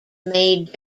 made